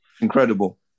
Incredible